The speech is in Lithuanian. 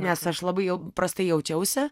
nes aš labai jau prastai jaučiausi